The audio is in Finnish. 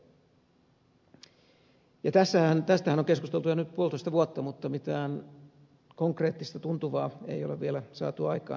tästähän on keskusteltu jo nyt puolitoista vuotta mutta mitään konkreettista tuntuvaa ei ole vielä saatu aikaan